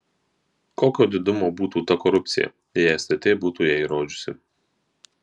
kokio didumo būtų ta korupcija jei stt būtų ją įrodžiusi